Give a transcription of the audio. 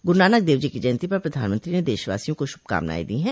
गुरुनानक देव जी की जयंती पर प्रधानमंत्री ने देशवासियों को शुभकामनाएं दी हैं